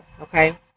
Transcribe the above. okay